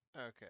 Okay